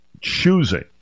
choosing